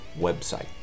website